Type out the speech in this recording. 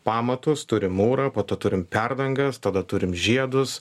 pamatus turim mūrą po to turim perdangas tada turim žiedus